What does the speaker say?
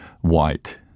white